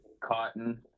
cotton